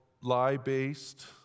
lie-based